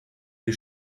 die